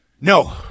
No